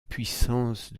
puissance